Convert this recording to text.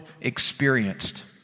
experienced